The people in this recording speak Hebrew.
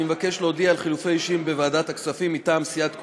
אני מבקש להודיע על חילופי אישים בוועדת הכספים: מטעם סיעת כולנו,